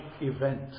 event